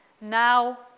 now